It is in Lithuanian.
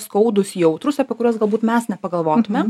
skaudūs jautrūs apie kuriuos galbūt mes nepagalvotumėm